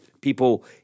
People